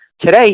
Today